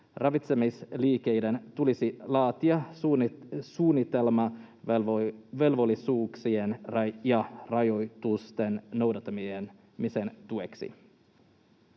Ravitsemisliikkeiden tulisi laatia suunnitelma velvollisuuksien ja rajoitusten noudattamisen tueksi.